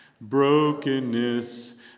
Brokenness